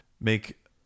make